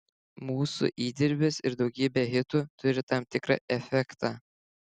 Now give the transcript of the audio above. mūsų įdirbis ir daugybė hitų turi tam tikrą efektą